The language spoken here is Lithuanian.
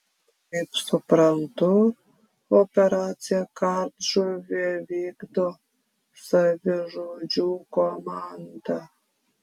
kaip suprantu operaciją kardžuvė vykdo savižudžių komanda